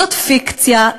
זאת פיקציה,